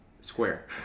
square